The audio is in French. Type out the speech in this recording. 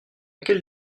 quelle